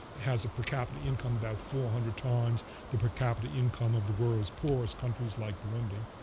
has a per capita income about four hundred times the per capita income of the world's poorest countries, like burundi,